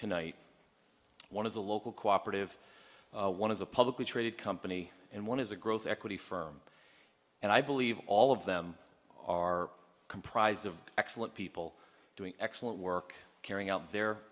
tonight one is a local cooperative one is a publicly traded company and one is a growth equity firm and i believe all of them are comprised of excellent people doing excellent work carrying out their